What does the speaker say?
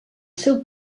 seu